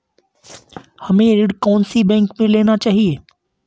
हमें ऋण कौन सी बैंक से लेना चाहिए?